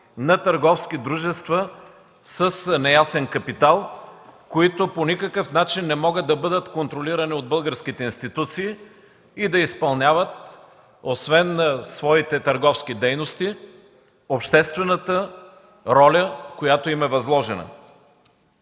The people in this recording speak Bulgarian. на търговски дружества с неясен капитал, които по никакъв начин не могат да бъдат контролирани от българските институции и да изпълняват освен своите търговски дейности, обществената роля, която им е възложена.